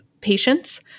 patients